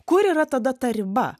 kur yra tada ta riba